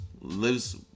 Lives